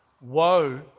woe